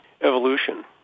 evolution